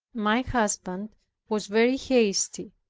my husband was very hasty,